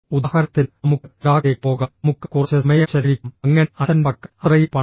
ഉദാഹരണത്തിന് നമുക്ക് ലഡാക്കിലേക്ക് പോകാം നമുക്ക് കുറച്ച് സമയം ചെലവഴിക്കാം അങ്ങനെ അച്ഛന്റെ പക്കൽ അത്രയും പണമുണ്ട്